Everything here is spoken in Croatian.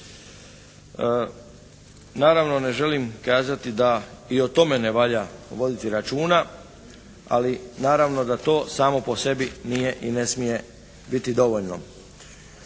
Naravno ne želim kazati da i o tome ne valja voditi računa, ali naravno da to samo po sebi nije i ne smije biti dovoljno.